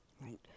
right